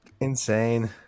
Insane